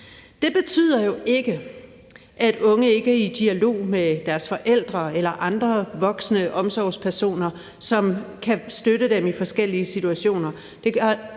Det betyder jo ikke, at unge ikke er i dialog med deres forældre eller andre voksne omsorgspersoner, som kan støtte dem i forskellige situationer.